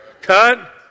cut